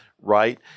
Right